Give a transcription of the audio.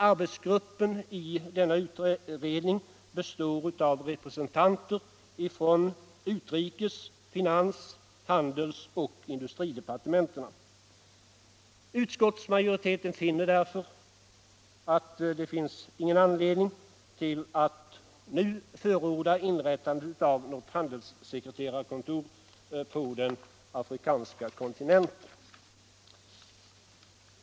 Arbetsgruppen i denna utredning består av representanter för utrikes-, finans-, handelsoch industridepartementen. Utskottsmajoriteten anser därför att det inte finns någon anledning att nu förorda inrättandet av något handelssekreterarkontor på den afrikanska kontinenten.